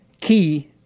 key